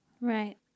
right